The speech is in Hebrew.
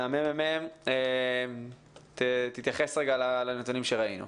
ממרכז המידע והמחקר של הכנסת תתייחס לנתונים שראינו.